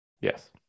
Yes